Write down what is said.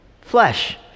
flesh